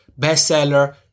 bestseller